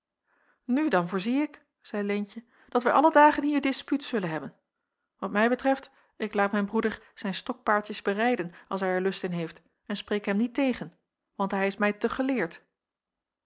nu dan voorzie ik zeî leentje dat wij alle dagen hier dispuut zullen hebben wat mij betreft ik laat mijn broeder zijn stokpaardjes berijden als hij er lust in heeft en spreek hem niet tegen want hij is mij te geleerd